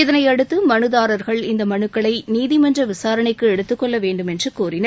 இதனையடுத்து மனுதாரர்கள் இந்த மனுக்களை நீதிமன்ற விசாரணைக்கு எடுத்துக் கொள்ள வேண்டுமென்று கோரினர்